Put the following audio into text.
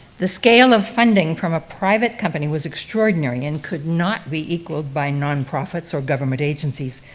the scale of funding from a private company was extraordinary and could not be equaled by non-profits or government agencies.